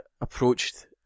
approached